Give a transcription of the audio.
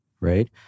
right